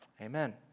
Amen